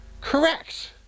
correct